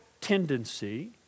tendency